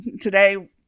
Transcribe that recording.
today